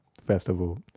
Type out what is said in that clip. festival